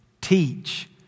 teach